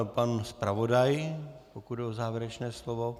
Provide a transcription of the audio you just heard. Pan zpravodaj, pokud jde o závěrečné slovo?